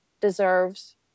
deserves